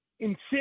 insist